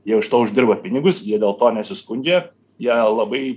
jie iš to uždirba pinigus jie dėl to nesiskundžia jie labai